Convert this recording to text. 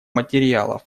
материалов